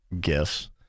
gifts